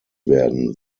werden